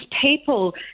people